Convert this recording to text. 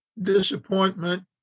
disappointment